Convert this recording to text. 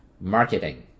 marketing